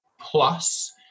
Plus